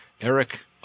Eric